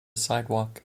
sidewalk